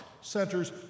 centers